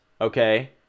okay